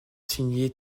signée